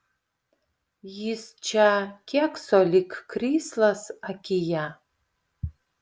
jis čia kėkso lyg krislas akyje